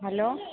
hello